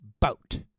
boat